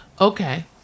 Okay